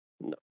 No